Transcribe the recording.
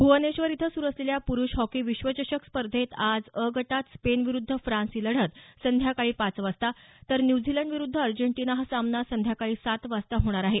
भुवनेश्वर इथं सुरु असलेल्या पुरुष हॉकी विश्वचषक स्पर्धेत आज अ गटात स्पेन विरुध्द फ्रान्स ही लढत संध्याकाळी पाच वाजता तर न्यूझीलंड विरुध्द अर्जेंटिना हा सामना संध्याकाळी सात वाजता होणार आहे